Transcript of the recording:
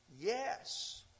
Yes